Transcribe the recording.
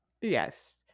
Yes